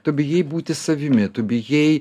tu bijai būti savimi tu bijai